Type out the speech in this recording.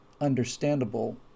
understandable